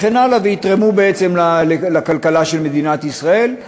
ויתרמו בעצם לכלכלה של מדינת ישראל,